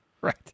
Right